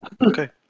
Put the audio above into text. okay